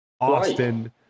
Austin